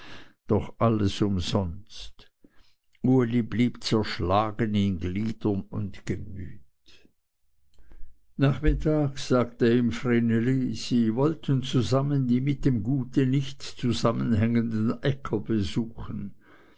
doch alles umsonst uli blieb zerschlagen in gliedern und gemüt nachmittags sagte ihm vreneli sie wollten zusammen die mit dem gute nicht zusammenhängenden äcker besuchen